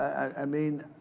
i mean,